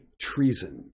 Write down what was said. treason